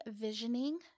visioning